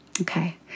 Okay